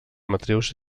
matrius